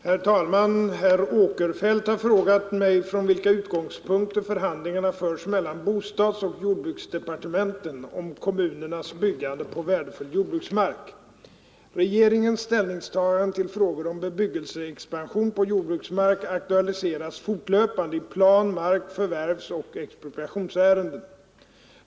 Herr talman! Herr Åkerfeldt har frågat mig från vilka utgångspunkter förhandlingar förs mellan bostadsoch jordbruksdepartementen om kommunernas byggande på värdefull jordbruksmark. Regeringens ställningstagande till frågor om bebyggelseexpansion på jordbruksmark aktualiseras fortlöpande i plan-, markförvärvsoch expropriationsärenden.